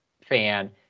fan